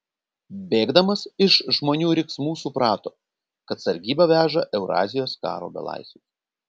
bėgdamas iš žmonių riksmų suprato kad sargyba veža eurazijos karo belaisvius